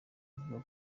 avuga